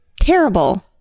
Terrible